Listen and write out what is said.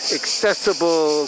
accessible